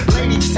Lady